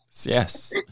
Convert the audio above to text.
Yes